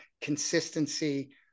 consistency